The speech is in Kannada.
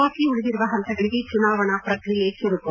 ಬಾಕಿ ಉಳಿದಿರುವ ಹಂತಗಳಿಗೆ ಚುನಾವಣಾ ಪ್ರಕ್ರಿಯೆ ಚುರುಕು